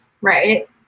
Right